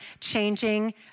changing